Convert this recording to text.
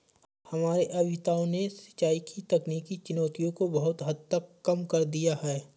हमारे अभियंताओं ने सिंचाई की तकनीकी चुनौतियों को बहुत हद तक कम कर दिया है